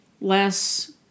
less